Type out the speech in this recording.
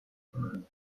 burns